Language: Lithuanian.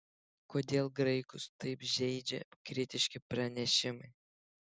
kodėl graikus taip žeidžia kritiški pranešimai